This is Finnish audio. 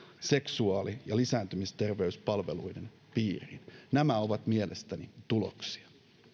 seksuaali ja lisääntymisterveyspalveluiden piiriin nämä ovat mielestäni tuloksia